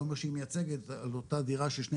אני לא אומר שהיא מייצגת,